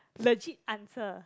legit answer